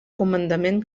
comandament